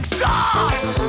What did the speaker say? sauce